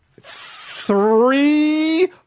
Three